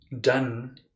done